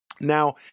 Now